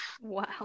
Wow